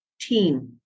team